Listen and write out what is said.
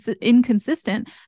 inconsistent